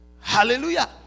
hallelujah